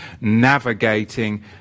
navigating